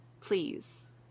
please